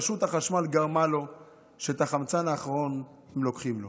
רשות החשמל גרמה לכך שאת החמצן האחרון הם לוקחים לו?